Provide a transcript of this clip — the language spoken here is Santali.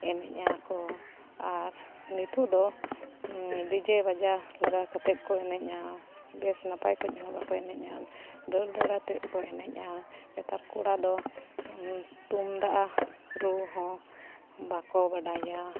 ᱮᱱᱮᱡᱼᱟᱠᱚ ᱟᱨ ᱱᱤᱛᱳᱜ ᱫᱚ ᱰᱤᱡᱮ ᱵᱟᱡᱟᱣ ᱞᱟᱜᱟᱣ ᱠᱟᱛᱮ ᱠᱚ ᱮᱱᱮᱡᱼᱟ ᱵᱮᱥ ᱱᱟᱯᱟᱭ ᱠᱷᱚᱡ ᱦᱚᱸ ᱵᱟᱠᱚ ᱮᱱᱮᱡᱼᱟ ᱫᱟᱹᱲ ᱫᱟᱹᱲᱟᱛᱮᱫ ᱠᱚ ᱮᱱᱮᱡᱼᱟ ᱱᱮᱛᱟᱨ ᱠᱚᱲᱟ ᱫᱚ ᱛᱩᱢᱫᱟᱜ ᱨᱩ ᱦᱚᱸ ᱵᱟᱠᱚ ᱵᱟᱰᱟᱭᱟ